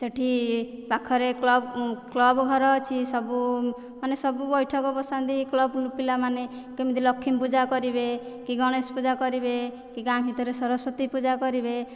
ସେଇଠି ପାଖରେ club club ଘର ଅଛି ସବୁ ମାନେ ସବୁ ବୈଠକ ବସାନ୍ତି କ୍ଲବ ପିଲାମାନେ କେମିତି ଲକ୍ଷ୍ମୀ ପୂଜା କରିବେ କି ଗଣେଶ ପୂଜା କରିବେ କି ଗାଁ ଭିତରେ ସରସ୍ଵତୀ ପୂଜା କରିବେ